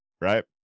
right